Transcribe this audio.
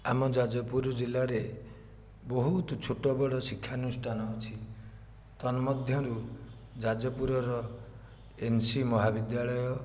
ଆମ ଯାଜପୁର ଜିଲ୍ଲାରେ ବହୁତ ଛୋଟ ବଡ଼ ଶିକ୍ଷାନୁଷ୍ଠାନ ଅଛି ତନ୍ମମଧ୍ୟରୁ ଯାଜପୁରର ଏନ୍ ସି ମହାବିଦ୍ୟାଳୟ